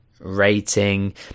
rating